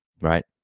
right